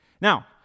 Now